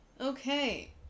Okay